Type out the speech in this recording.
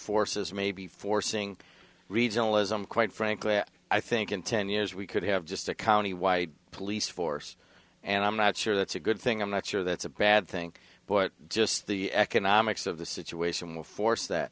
forces may be forcing regionalism quite frankly i think in ten years we could have just a county why police force and i'm not sure that's a good thing i'm not sure that's a bad thing but just the economics of the situation will force that